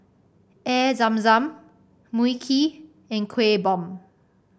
Air Zam Zam Mui Kee and Kueh Bom